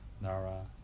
Nara